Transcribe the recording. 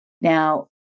Now